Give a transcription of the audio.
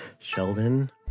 Sheldon